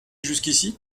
jusqu’ici